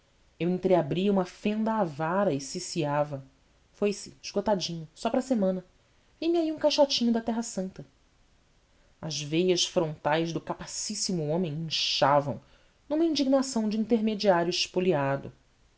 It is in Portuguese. eu entreabria uma fenda avara e ciciava foi-se esgotadinho só para a semana vem-me aí um caixotinho da terra santa as veias frontais do capacíssimo homem inchavam numa indignação de intermediário espoliado